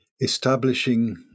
establishing